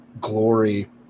glory